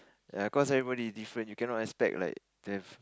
ya cause everybody is different you cannot expect like that